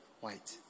white